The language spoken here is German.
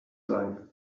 sein